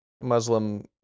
Muslim